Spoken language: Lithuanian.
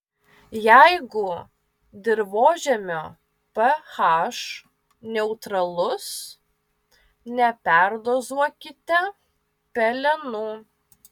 jeigu dirvožemio ph neutralus neperdozuokite pelenų